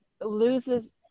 loses